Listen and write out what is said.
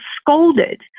scolded